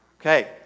Okay